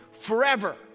forever